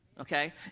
okay